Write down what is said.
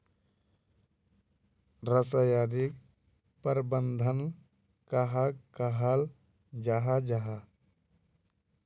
रासायनिक प्रबंधन कहाक कहाल जाहा जाहा?